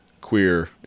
queer